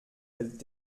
hält